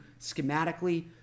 schematically